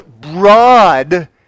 broad